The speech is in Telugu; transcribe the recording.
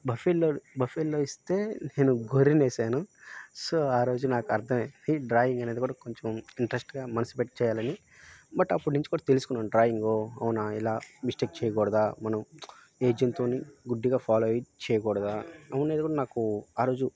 బఫెలో బఫెలో ఇస్తే నేను గొర్రె వేసాను సో ఆ రోజు నాకు అర్ధం అయ్యింది డ్రాయింగ్ అనేది కూడా కొంచెం ఇంట్రస్ట్గా మనసు పెట్టి చేయాలని బట్ అప్పటి నుంచి కూడా తెలుసుకున్నాను డ్రాయింగు అవునా ఇలా మిస్టేక్ చేయకూడదా మనం ఏజెన్తోని గుడ్డిగా ఫాలో అయి చేయగూడదా అవును అనేది కూడా నాకు ఆరోజు